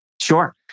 Sure